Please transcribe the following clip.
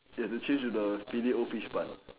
ya the cheese with the fillet O fish buns